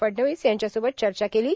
फडणवीस यांच्यासोबत चचा केलो